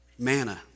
manna